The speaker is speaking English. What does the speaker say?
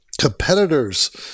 competitors